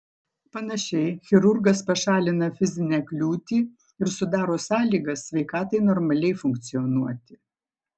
panašiai chirurgas pašalina fizinę kliūtį ir sudaro sąlygas sveikatai normaliai funkcionuoti